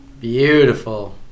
Beautiful